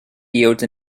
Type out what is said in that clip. yields